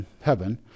heaven